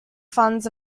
funds